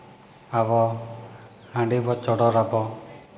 ᱟᱵᱚ ᱦᱟᱺᱰᱤ ᱵᱚ ᱪᱚᱰᱚᱨᱟᱵᱚ